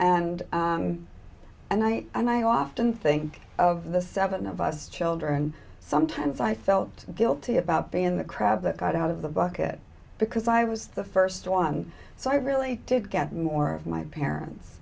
and and i and i often think of the seven of us children sometimes i felt guilty about being in the crab that got out of the bucket because i was the first one so i really did get more of my parents